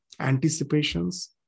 anticipations